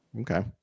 Okay